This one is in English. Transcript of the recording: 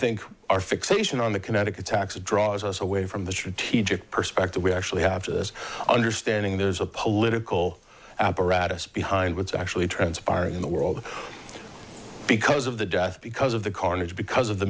think our fixation on the kinetic attacks draws us away from the strategic perspective we actually have to this understanding there's a political apparatus behind what's actually transpire in the world because of the death because of the carnage because of the